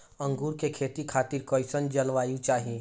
अंगूर के खेती खातिर कइसन जलवायु चाही?